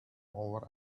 over